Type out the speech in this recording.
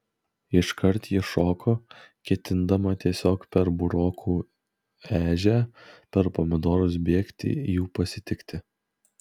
iškart ji šoko ketindama tiesiog per burokų ežią per pomidorus bėgti jų pasitikti